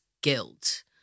guilt